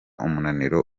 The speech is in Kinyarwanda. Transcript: umunaniro